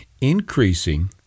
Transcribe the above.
increasing